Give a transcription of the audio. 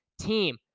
team